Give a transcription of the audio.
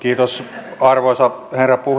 kiitos arvoisa puhemies